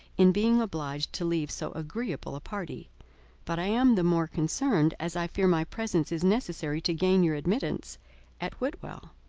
in being obliged to leave so agreeable a party but i am the more concerned, as i fear my presence is necessary to gain your admittance at whitwell.